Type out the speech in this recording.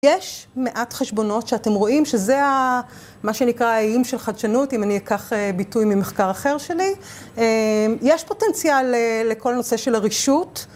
יש מעט חשבונות שאתם רואים, שזה מה שנקרא האיים של חדשנות, אם אני אקח ביטוי ממחקר אחר שלי. יש פוטנציאל לכל נושא של הרישות.